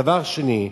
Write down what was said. דבר שני,